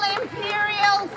imperial